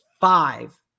five